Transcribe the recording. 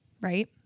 right